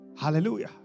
Hallelujah